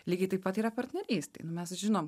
lygiai taip pat yra partnerystė nu mes žinom